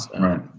Right